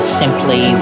simply